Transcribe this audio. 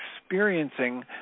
experiencing